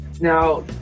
now